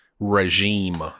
regime